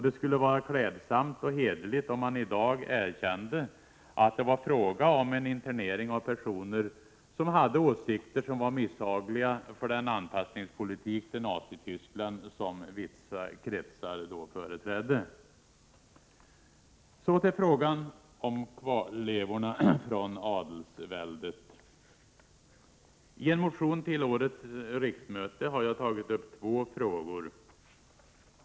Det skulle vara klädsamt och hederligt om man i dag erkände att det var fråga om en internering av personer som hade åsikter som var misshagliga för den anpassningspolitik till Nazityskland som vissa kretsar då företrädde. Så till frågan om kvarlevorna från adelsväldet. I en motion till årets riksmöte har jag tagit upp två frågor.